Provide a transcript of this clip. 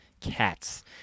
cats